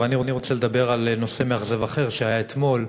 אבל אני רוצה לדבר על נושא מאכזב אחר שהיה אתמול,